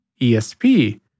ESP